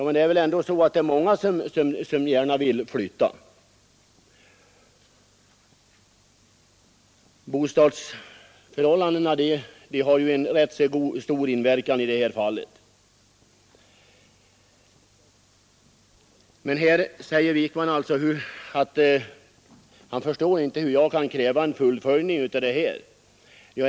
Men det är väl ändå många som gärna vill flytta bostadsförhållandena har ju en rätt stor inverkan i det här fallet. Många kommer givetvis att stanna kvar och få annan sysselsättning. Herr Wijkman förstår inte hur jag kan kräva en fullföljning av utlokaliseringen.